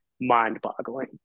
mind-boggling